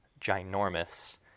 ginormous